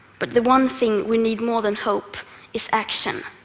but the one thing we need more than hope is action.